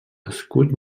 escut